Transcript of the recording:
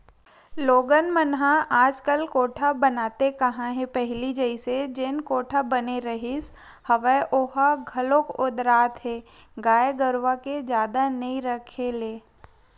लोगन मन ह आजकल कोठा बनाते काँहा हे पहिली जइसे जेन कोठा बने रिहिस हवय ओला घलोक ओदरात हे गाय गरुवा के जादा नइ रखे ले